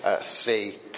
See